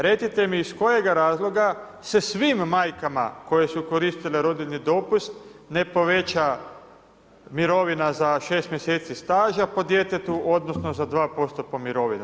Recite mi iz kojeg razloga se svim majkama koje su koristile rodiljni dopust ne poveća mirovina za 6 mjeseci staža po djetetu, odnosno za 2% po mirovini?